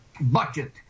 budget